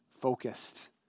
focused